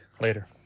Later